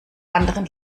anderem